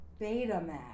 Betamax